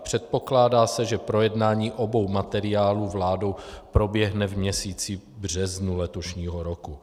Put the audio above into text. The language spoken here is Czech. Předpokládá se, že projednání obou materiálů vládou proběhne v měsíci březnu letošního roku.